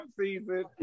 season